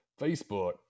Facebook